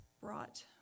brought